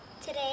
Today